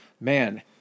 man